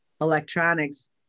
electronics